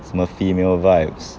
什么 female vibes